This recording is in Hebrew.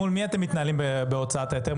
מול מי אתם מתנהלים בהוצאת ההיתר?